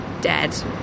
dead